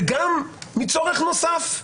וגם מצורך נוסף,